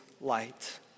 light